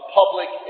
public